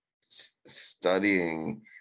studying